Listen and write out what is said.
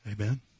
Amen